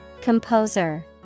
Composer